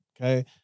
okay